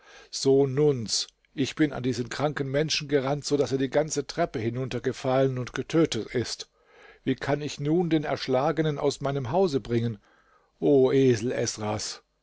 sohn nuns ich bin an diesen kranken menschen gerannt so daß er die ganze treppe hinuntergefallen und getötet ist wie kann ich nun den erschlagenen aus meinem hause bringen o esel